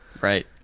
Right